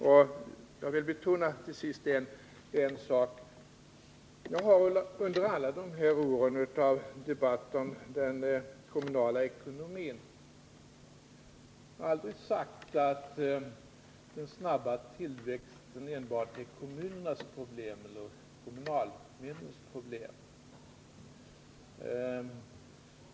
Till sist vill jag betona en sak. Under alla dessa år av debatt om den kommunala ekonomin har jag aldrig sagt att den snabba tillväxten enbart är kommunernas eller kommunalmännens problem.